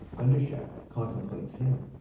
undershaft contemplates him.